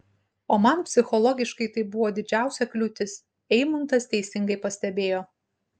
o man psichologiškai tai buvo didžiausia kliūtis eimuntas teisingai pastebėjo